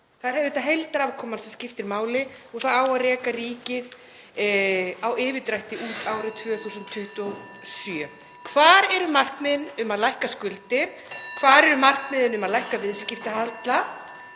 Það er auðvitað heildarafkoman sem skiptir máli og það á að reka ríkið á yfirdrætti út árið 2027. (Forseti hringir.) Hvar eru markmiðin um að lækka skuldir? Hvar eru markmiðin um að lækka viðskiptahalla?